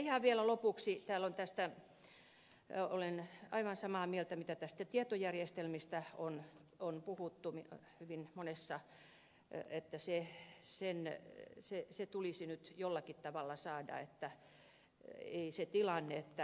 ihan vielä lopuksi olen aivan samaa mieltä siitä mitä näistä tietojärjestelmistä on puhuttu hyvin monessa yhteydessä että ne tulisi nyt jollakin tavalla saada kuntoon